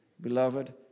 beloved